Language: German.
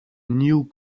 new